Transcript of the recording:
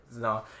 No